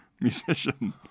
musician